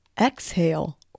exhale